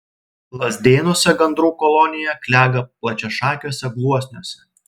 lazdėnuose gandrų kolonija klega plačiašakiuose gluosniuose